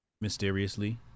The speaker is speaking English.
mysteriously